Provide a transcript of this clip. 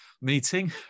meeting